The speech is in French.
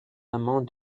amant